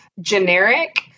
generic